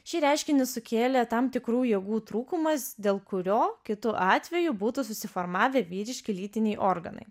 šį reiškinį sukėlė tam tikrų jėgų trūkumas dėl kurio kitu atveju būtų susiformavę vyriški lytiniai organai